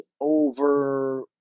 over